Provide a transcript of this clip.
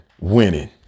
winning